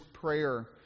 prayer